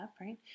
right